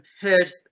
heard